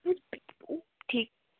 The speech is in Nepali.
ठिक